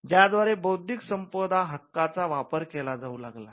ज्या द्वारे बौद्धिक संपदा हक्काचा वापर केला जाऊ लागला